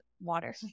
water